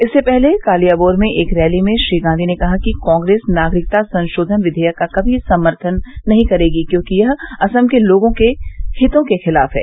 इससे पहले कालियाबोर में एक रैली में श्री गांधी ने कहा कि कांग्रेस नागरिकता संशोधन विधेयक का कभी समर्थन नहीं करेगी क्योंकि यह असम के लोगों के हितों के खिलाफ है